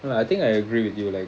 no lah I think I agree with you like